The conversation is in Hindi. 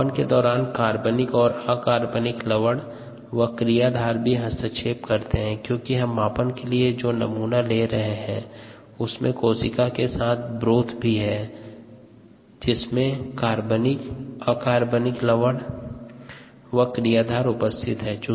मापन के दौरान कार्बनिक और अकार्बनिक लवण व क्रियाधार भी हस्तक्षेप करते है क्योंकि हम मापन के लिए जो नमूना ले रहे उसमे कोशिका के साथ ब्रोथ भी है जिसमें कार्बनिक और अकार्बनिक लवण व क्रियाधार उपस्थित हैं